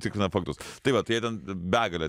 tikrina faktus tai va tai jie ten begalę